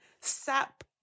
sap